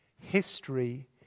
history